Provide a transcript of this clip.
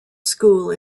school